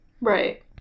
Right